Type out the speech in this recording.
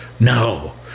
No